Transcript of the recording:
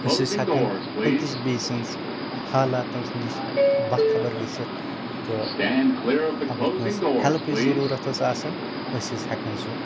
أسۍ ٲسۍ ہٮ۪کان أکِس بیٚیہِ سٕنٛز حالاتن نَش باخبر گژھتھ تہٕ اَگر کٲنٛسہِ ہیلپٕچ ضروٗرَت ٲسۍ آسان أسۍ ٲسۍ ہٮ۪کان سُہ